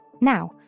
Now